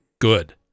good